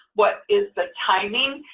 what is the timing?